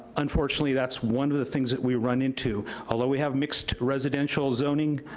unfortunately that's one of the things we run into. although we have mixed residential zoning,